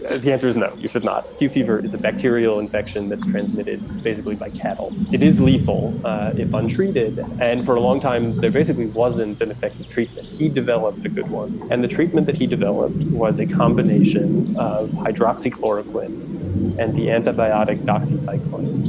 the answer is no, you should not q fever is a bacterial infection that's transmitted basically by cattle. it is lethal if untreated. and for a long time there basically wasn't an effective treatment. he developed a good one and the treatment that he developed was a combination of hydroxyl, chloroquine and the antibiotic doxie cycling.